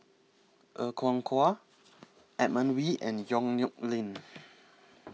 Er Kwong Wah Edmund Wee and Yong Nyuk Lin